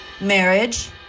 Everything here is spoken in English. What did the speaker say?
marriage